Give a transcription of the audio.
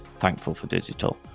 #ThankfulForDigital